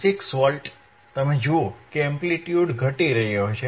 96 volt તમે જુઓ કે એમ્પ્લિટ્યુડ ઘટી રહ્યો છે